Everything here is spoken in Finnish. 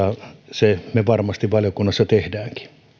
ja sen me varmasti valiokunnassa teemmekin